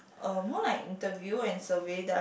uh more like interview and survey that are